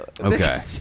okay